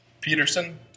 Peterson